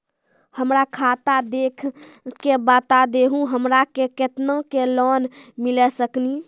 हमरा खाता देख के बता देहु हमरा के केतना के लोन मिल सकनी?